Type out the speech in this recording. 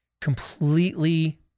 completely